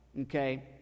Okay